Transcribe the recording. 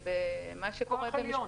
כוח עליון